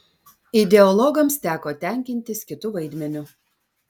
ideologams teko tenkintis kitu vaidmeniu